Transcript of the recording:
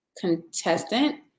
contestant